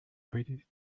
fitted